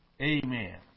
Amen